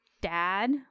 dad